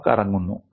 അവ കറങ്ങുന്നു